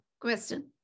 question